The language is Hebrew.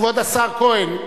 כבוד השר כהן,